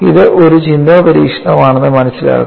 ഇത് ഒരു ചിന്താ പരീക്ഷണമാണെന്ന് മനസിലാക്കുക